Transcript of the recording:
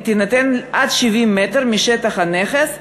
הפטור יינתן עד 70 מ"ר משטח הנכס,